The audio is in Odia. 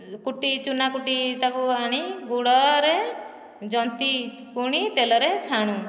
କୁଟି ଚୁନା କୁଟି ତାକୁ ଆଣି ଗୁଡ଼ରେ ଯନ୍ତି ପୁଣି ତେଲରେ ଛାଣୁ